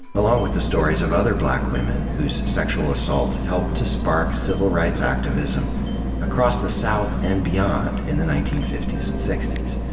along with the stories of other black women, whose sexual assaults helped to spark civil rights activism across the south and beyond in the nineteen fifty s and sixty s.